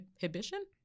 inhibition